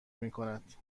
میکند